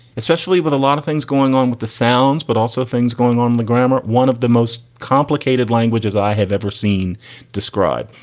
especially with a lot of things going on with the sounds, but also things going on, the grammar. one of the most complicated languages i have ever seen describe.